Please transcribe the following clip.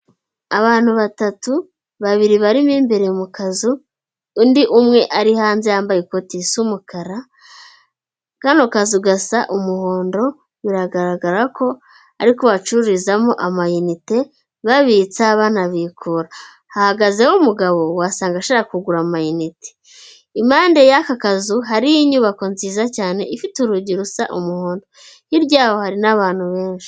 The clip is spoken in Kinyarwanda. Abantu batatu, babiri bari b'imbere mu kazu undi umwe ari hanze yambaye ikoti ry'umukara. Kano kazu ugasa umuhondo biragaragara ko ari bacururizamo amanite babitsa banabikura hahagazeho umugabo wasanga ashaka kugura amayinite. Impande y'aka kazu hari inyubako nziza cyane ifite urugi rusa umuhoron hiryaho hari n'abantu benshi.